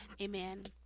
Amen